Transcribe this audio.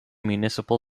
municipal